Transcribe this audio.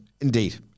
Indeed